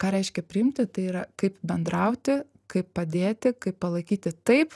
ką reiškia priimti tai yra kaip bendrauti kaip padėti kaip palaikyti taip